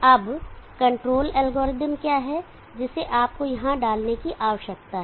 अब control algorithm क्या है जिसे आपको यहां डालने की आवश्यकता है